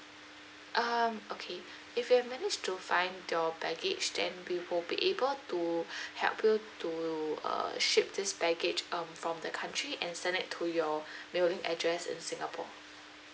um okay if you have manage to find your baggage then we will be able to help you to uh ship this baggage um from the country and send it to your mailing address in singapore